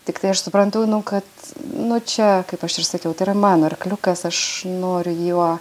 tiktai aš suprantu kad nu čia kaip aš ir sakiau tai yra mano arkliukas aš noriu juo